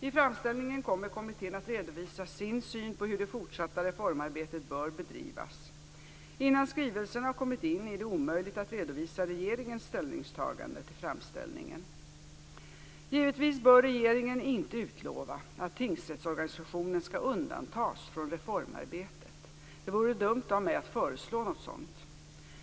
I framställningen kommer kommittén att redovisa sin syn på hur det fortsatta reformarbetet bör bedrivas. Innan skrivelsen har kommit in är det omöjligt att redovisa regeringens ställningstagande till framställningen. Givetvis bör regeringen inte utlova att tingsrättsorganisationen skall undantas från reformarbetet. Det vore dumt av mig att föreslå något sådant.